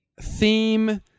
theme